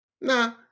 Nah